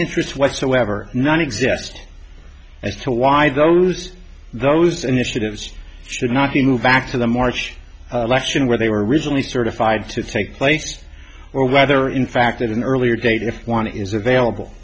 interest whatsoever none exist as to why those those initiatives should not be moved back to the march action where they were recently certified to take place or whether in fact at an earlier date if one is available